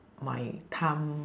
my time